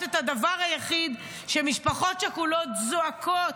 את הדבר היחיד כשמשפחות שכולות זועקות,